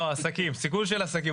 לא, עסקים, סיכול של עסקים.